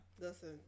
Listen